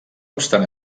obstant